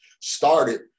started